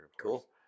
Cool